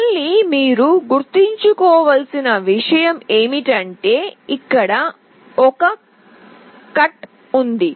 మళ్ళీ మీరు గుర్తుంచుకోవలసిన విషయం ఏమిటంటే ఇక్కడ ఒక కట్ ఉంది